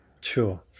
Sure